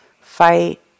fight